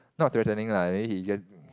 not threatening lah I think he just